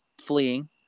fleeing